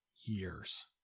years